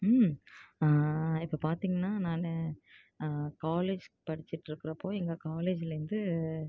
ம் இப்போ பார்த்திங்கனா நான் காலேஜ் படித்திட்ருக்குறப்போ எங்கள் காலேஜ்லேருந்து